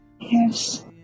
Yes